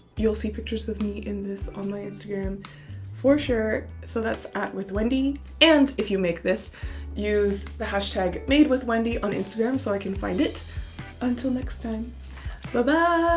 you'll see pictures of me in this on my instagram for sure so that's at with wendy and if you make this use the hashtag made with wendy on instagram so i can find it until next time but